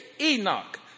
Enoch